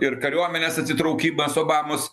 ir kariuomenės atsitraukimas obamos